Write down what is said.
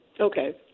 Okay